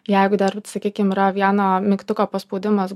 jeigu dar sakykim yra vieno mygtuko paspaudimas